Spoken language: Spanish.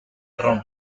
ron